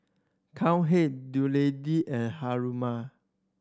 Cowhead Dutch Lady and Haruma